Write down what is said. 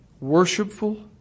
worshipful